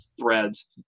threads